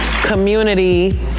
community